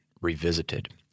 revisited